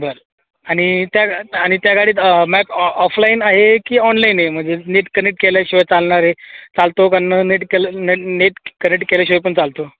बर आणि त्या ग आणि त्या गाडीत मॅप ऑ ऑफलाईन आहे की ऑणलाईन आहे म्हणजे नेट कनेक्ट केल्याशिवाय चालणार आहे चालतो का न नेट कलं न नेट कनेक्ट केल्याशिवाय पण चालतो